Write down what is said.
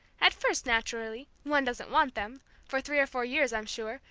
at first, naturally, one doesn't want them for three or four years, i'm sure,